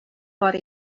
бар